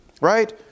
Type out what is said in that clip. right